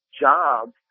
jobs